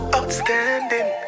Outstanding